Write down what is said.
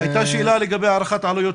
תלוי.